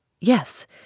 Yes